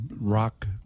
rock